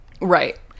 right